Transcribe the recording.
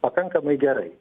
pakankamai gerai